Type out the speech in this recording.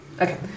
Okay